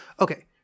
okay